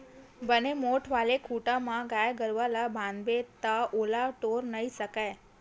बने मोठ्ठ वाले खूटा म गाय गरुवा ल बांधबे ता ओला टोरे नइ सकय